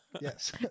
Yes